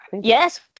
Yes